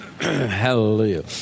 Hallelujah